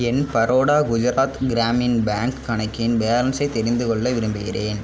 என் Baroda Gujarat Gramin bank கணக்கின் பேலன்ஸை தெரிந்துகொள்ள விரும்புகிறேன்